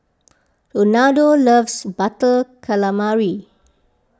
Ronaldo loves Butter Calamari